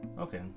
Okay